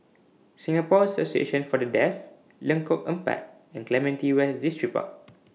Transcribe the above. Singapore Association For The Deaf Lengkok Empat and Clementi West Distripark